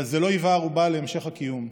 אבל זה לא היווה ערובה להמשך הקיום.